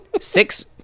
Six